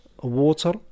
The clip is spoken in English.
water